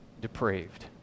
depraved